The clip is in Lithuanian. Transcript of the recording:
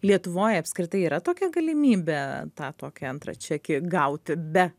lietuvoj apskritai yra tokia galimybė tą tokį antrą čekį gauti be